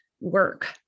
work